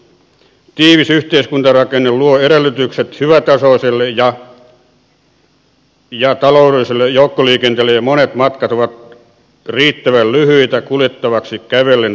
tiivis yhteiskuntarakenne luo edellytykset hyvätasoiselle ja taloudelliselle joukkoliikenteelle ja monet matkat ovat riittävän lyhyitä kuljettavaksi kävellen tai pyörällä